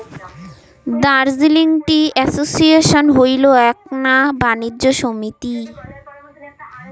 Darjeeling Tea Association হইল এ্যাকনা বাণিজ্য সমিতি